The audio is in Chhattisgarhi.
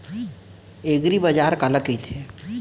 एगरीबाजार काला कहिथे?